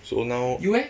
so now